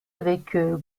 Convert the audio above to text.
avec